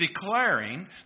declaring